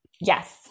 Yes